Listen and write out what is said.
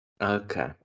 Okay